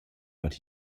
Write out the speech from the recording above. but